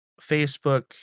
Facebook